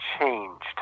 changed